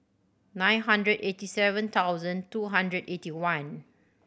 nine hundred eighty seven thousand two hundred eighty one